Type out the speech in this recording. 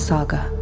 Saga